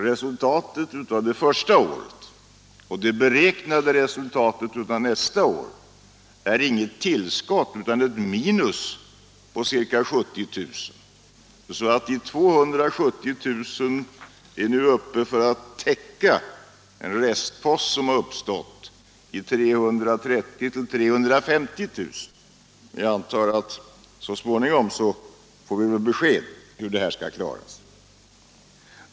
Resultatet av det första året och det beräknade resultatet av nästa år är inget til'skott utan ett minus på ca 70 000, så att de 270 000 - för att täcka den restpost som har uppstått - nu är uppe i 330 000-350 000. Jag antar att vi så småningom får besked hur det här skall klaras.